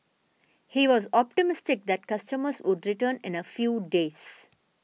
he was optimistic that customers would return in a few days